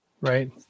Right